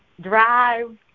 drive